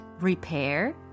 repair